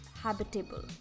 habitable